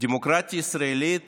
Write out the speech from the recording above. "דמוקרטיה ישראלית